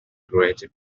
grated